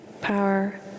power